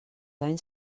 anys